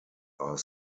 are